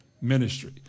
ministry